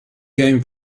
game